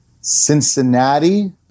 Cincinnati